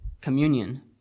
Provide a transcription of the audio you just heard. communion